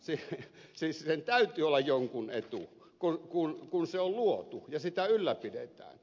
siis sen täytyy olla jonkun etu kun se on luotu ja sitä ylläpidetään